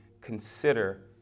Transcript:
consider